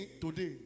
today